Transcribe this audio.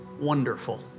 wonderful